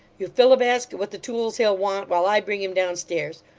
you fill a basket with the tools he'll want, while i bring him downstairs.